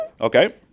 Okay